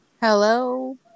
Hello